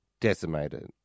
decimated